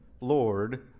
Lord